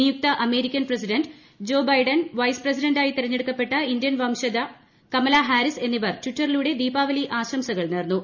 നിയുക്ത American president Joe Biden വൈസ്പ്രസിഡന്റായി തെരഞ്ഞെടുക്കപ്പെട്ട ഇന്ത്യൻവംശജ കമല ഹാരിസ് എന്നിവർ ട്വിറ്ററിലൂടെ ദീപാവലി ആശംസകൾ നേർന്നു